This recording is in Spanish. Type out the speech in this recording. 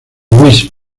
luis